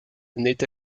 n’est